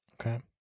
Okay